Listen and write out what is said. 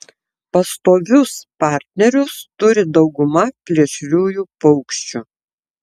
pastovius partnerius turi dauguma plėšriųjų paukščių